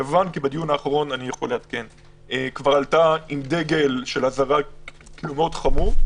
יוון עלתה עם דגל של אזהרה מאוד חמור.